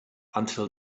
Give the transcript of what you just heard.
until